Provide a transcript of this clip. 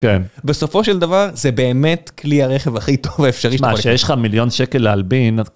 בסופו של דבר זה באמת כלי הרכב הכי טוב האפשרי שיש לך מיליון שקל להלבין.